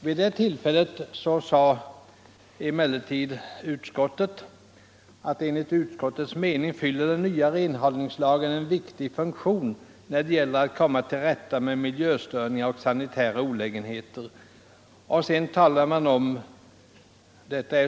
Vid det tillfället sade den dåvarande utskottsmajoriteten att enligt ”utskottets mening fyller den nya renhållningslagen en viktig funktion när det gäller att komma till rätta med miljöstörningar och sanitära olägen heter”.